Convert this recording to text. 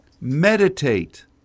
Meditate